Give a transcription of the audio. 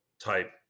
type